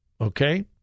Okay